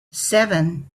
seven